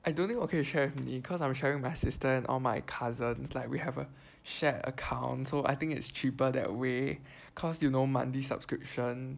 I don't know if ok to share with you cause I'm sharing my sister and all my cousins like we have a shared account so I think it's cheaper that way cause you know monthly subscription